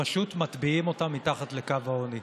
ופשוט מטביעים אותם מתחת לקו העוני.